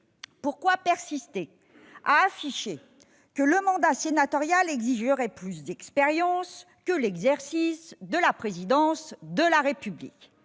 pourquoi persister à afficher que le mandat sénatorial exigerait plus d'expérience que l'exercice de la présidence de la République ?